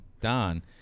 Don